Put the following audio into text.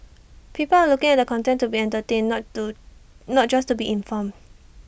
people are looking at the content to be entertained not to not just to be informed